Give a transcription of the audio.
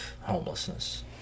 homelessness